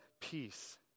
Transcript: Peace